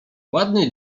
ładny